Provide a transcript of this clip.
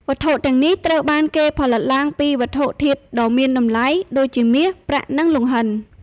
វត្ថុទាំងនេះត្រូវបានគេផលិតឡើងពីវត្ថុធាតុដ៏មានតម្លៃដូចជាមាស ប្រាក់ និងលង្ហិន។